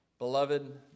Beloved